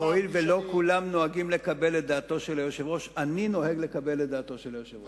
הואיל ולא כולם נוהגים לקבל את דעתו של היושב-ראש,